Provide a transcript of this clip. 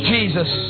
Jesus